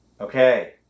Okay